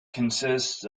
consists